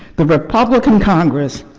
the republican congress